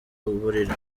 buriri